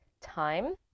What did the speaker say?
time